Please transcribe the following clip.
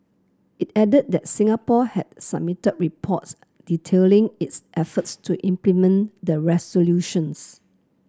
it added that Singapore had submitted reports detailing its efforts to implement the resolutions